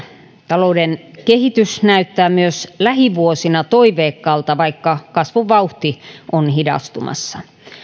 talouden kehitys näyttää myös lähivuosina toiveikkaalta vaikka kasvun vauhti on hidastumassa